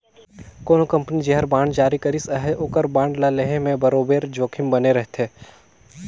कोनो कंपनी जेहर बांड जारी करिस अहे ओकर बांड ल लेहे में बरोबेर जोखिम बने रहथे